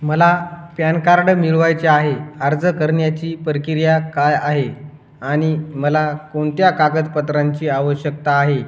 मला PAN card मिळवायचे आहे अर्ज करण्याची प्रक्रिया काय आहे आणि मला कोणत्या कागदपत्रांची आवश्यकता आहे